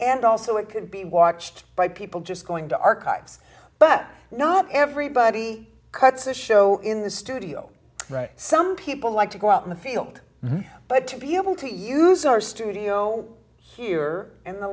and also it could be watched by people just going to archives but not everybody cuts the show in the studio right some people like to go out in the field but to be able to use our studio here and the